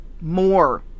more